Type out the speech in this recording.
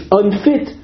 unfit